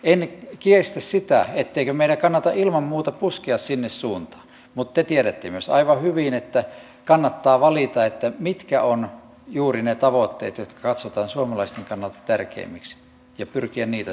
en kiistä sitä etteikö meidän kannata ilman muuta puskea sinne suuntaan mutta te tiedätte myös aivan hyvin että kannattaa valita mitkä ovat juuri ne tavoitteet jotka katsotaan suomalaisten kannalta tärkeimmiksi ja pyrkiä niitä saavuttamaan